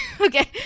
okay